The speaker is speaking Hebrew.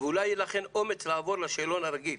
ואולי יהיה לכן אומץ לעבור לשאלון הרגיל.